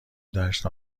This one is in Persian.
دشت